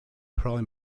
prime